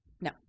No